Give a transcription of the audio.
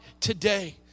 today